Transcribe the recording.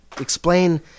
explain